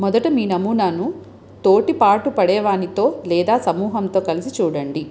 మొదట మీ నమూనాను తోటి పాటుపడేవానితో లేదా సమూహంతో కలిసి చూడండి